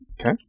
Okay